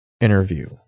interview